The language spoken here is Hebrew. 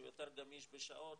שהוא יותר גמיש בשעות,